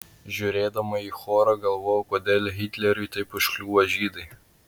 žiūrėdama į chorą galvojau kodėl hitleriui taip užkliuvo žydai